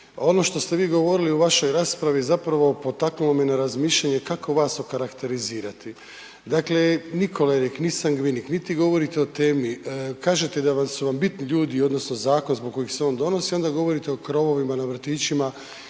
ono što ste vi govorili u vašoj raspravi zapravo potaknulo me na razmišljanje kako vas okarakterizirati, dakle, ni kolerik, ni sangvinik, niti govorite o temi. Kažete da su vam bitni ljudi odnosno zakon zbog kojeg se onda on donosi onda govorite o krovovima na vrtićima